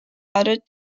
added